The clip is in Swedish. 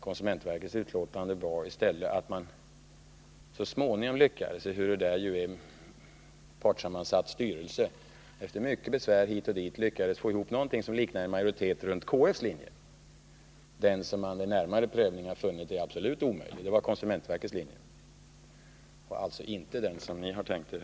Konsumentverkets utlåtande redovisade i stället att man så småningom, ehuru det där är en partssammansatt styrelse, efter mycket besvär lyckats få ihop någonting som liknande en majoritet för KF:s linje — den som man nu vid denna prövning funnit vara absolut omöjlig. Det var konsumentverkets linje och alltså inte den som ni har tänkt er här.